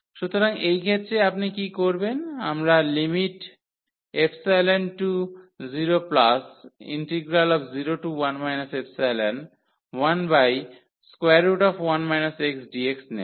সুতরাং এই ক্ষেত্রে আপনি কী করবেন আমরা ϵ→001 ϵdx1 x নেব